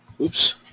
Oops